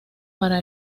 para